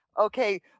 Okay